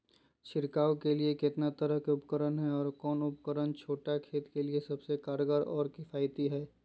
छिड़काव के लिए कितना तरह के उपकरण है और कौन उपकरण छोटा खेत के लिए सबसे कारगर और किफायती है?